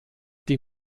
die